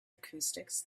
acoustics